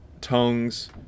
tongues